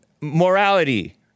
morality